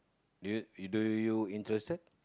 do you do you interested